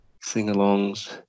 sing-alongs